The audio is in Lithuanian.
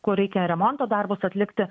kur reikia remonto darbus atlikti